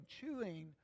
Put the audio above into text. chewing